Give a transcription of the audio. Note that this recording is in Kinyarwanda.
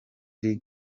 uri